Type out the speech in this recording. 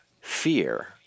fear